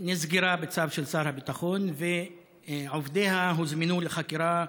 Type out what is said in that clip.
מקצועית,) נסגרה בצו של שר הביטחון ועובדיה הוזמנו לחקירה,